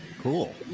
Cool